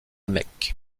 mecque